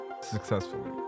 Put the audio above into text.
successfully